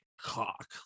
cock